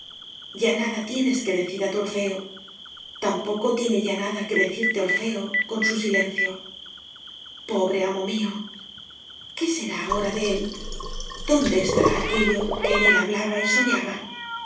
ya nada tienes que decir a tu orfeo tampoco tiene ya nada que decirte orfeo con su silencio pobre amo mío qué será ahora de él dónde estará aquello que en él hablaba y soñaba